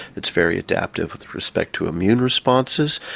it's very adaptive with respect to immune responses,